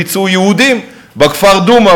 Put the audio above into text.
ביצעו יהודים בכפר דומא,